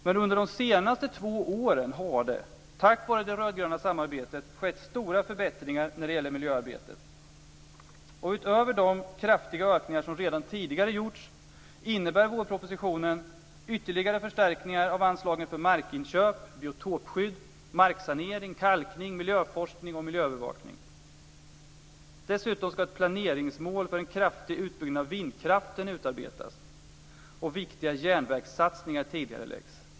Men under de senaste två åren har det - tack vare det rödgröna samarbetet - skett stora förbättringar när det gäller miljöarbetet. Utöver de kraftiga ökningar som redan tidigare gjorts innebär vårpropositionen ytterligare förstärkningar av anslaget för markinköp, biotopskydd, marksanering, kalkning, miljöforskning och miljöövervakning. Dessutom ska planeringsmål för en kraftig utbyggnad av vindkraften utarbetas och viktiga järnvägssatsningar ska tidigareläggas.